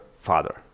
father